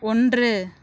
ஒன்று